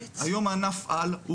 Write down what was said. ענף-על הוא